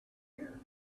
here